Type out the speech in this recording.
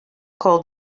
called